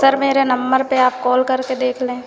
sir मेरे number पे आप कॉल करके देख लें